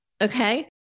okay